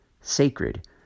sacred